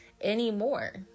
anymore